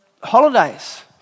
Holidays